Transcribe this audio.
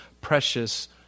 precious